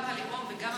גם הלאום וגם,